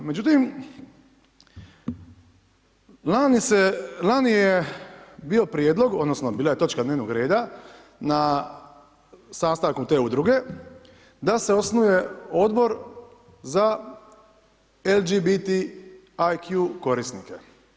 Međutim, lani je bio prijedlog odnosno bila je točka dnevnog reda na sastanku te udruge da se osnuje Odbor za LGBT IQ korisnike.